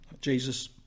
Jesus